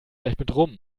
vielleicht